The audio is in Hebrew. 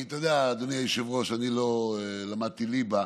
אתה יודע, אדוני היושב-ראש, אני לא למדתי ליבה,